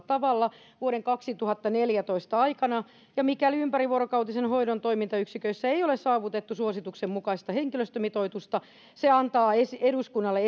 tavalla vuoden kaksituhattaneljätoista aikana ja mikäli ympärivuorokautisen hoidon toimintayksiköissä ei ole saavutettu suosituksen mukaista henkilöstömitoitusta se antaa eduskunnalle